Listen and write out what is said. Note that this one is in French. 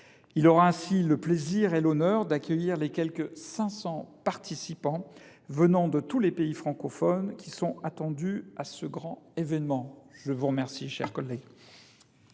Il aura ainsi le plaisir et l’honneur d’accueillir les quelque 500 participants venant de tous les pays francophones qui sont attendus à ce grand événement. Mes chers collègues,